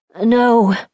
No